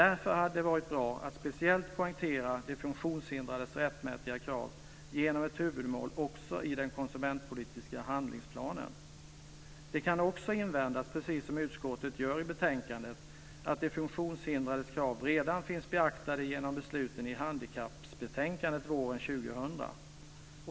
Därför hade det varit bra att speciellt poängtera de funktionshindrades rättmätiga krav genom ett huvudmål också i den konsumentpolitiska handlingsplanen. Det kan också invändas, precis som utskottet gör i betänkandet, att de funktionshindrades krav redan finns beaktade genom besluten i handikappbetänkandet våren 2000.